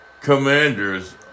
commanders